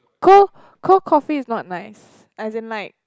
cold cold coffee is not nice as in like